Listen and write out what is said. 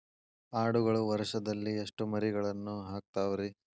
ಆಡುಗಳು ವರುಷದಲ್ಲಿ ಎಷ್ಟು ಮರಿಗಳನ್ನು ಹಾಕ್ತಾವ ರೇ?